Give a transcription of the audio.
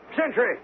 Sentry